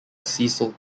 cecil